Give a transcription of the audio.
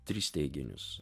tris teiginius